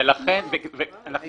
אני